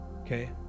okay